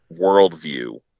worldview